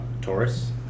Taurus